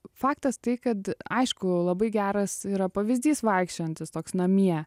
faktas tai kad aišku labai geras yra pavyzdys vaikščiojantis toks namie